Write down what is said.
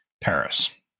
Paris